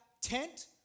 tent